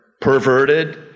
perverted